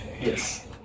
Yes